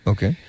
Okay